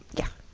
yeah.